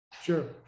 Sure